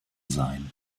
sein